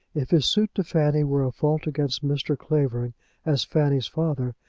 if his suit to fanny were a fault against mr. clavering as fanny's father,